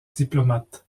diplomate